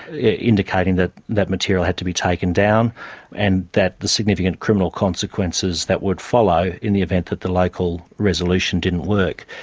indicating that that material had to be taken down and that the significant criminal consequences that would follow, in the event that the local resolution didn't work,